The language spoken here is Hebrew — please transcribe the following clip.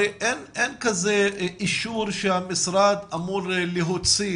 הרי אין כזה אישור שהמשרד אמור להוציא